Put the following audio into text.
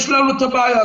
יש לנו בעיה.